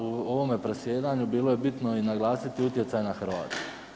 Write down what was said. U ovome predsjedanju bilo je bitno i naglasiti utjecajna Hrvatska.